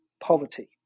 poverty